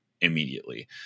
immediately